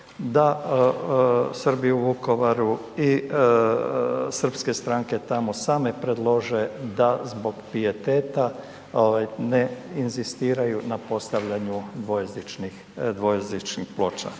da Srbi u Vukovaru i srpske stranke tamo same predlože da zbog pijeteta ovaj ne inzistiraju na postavljanju dvojezičnih,